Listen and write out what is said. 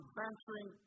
venturing